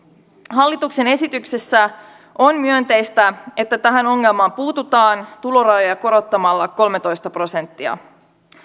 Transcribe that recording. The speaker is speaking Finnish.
hallituksen esityksessä on myönteistä että tähän ongelmaan puututaan tulorajoja korottamalla kolmetoista prosenttia